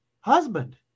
husband